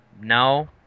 No